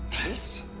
this?